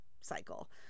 cycle